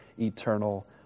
eternal